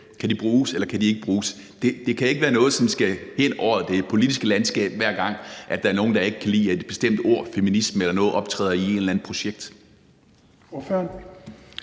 kan bruges eller ikke kan bruges. Det kan ikke være noget, som skal ind over det politiske landskab, hver gang der er nogen, der ikke kan lide, at et bestemt ord, feminisme eller noget, optræder i et eller andet projekt.